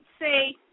say